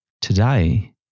Today